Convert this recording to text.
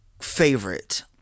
favorite